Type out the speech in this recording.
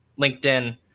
LinkedIn